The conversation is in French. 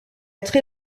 très